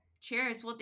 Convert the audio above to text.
Cheers